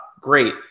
great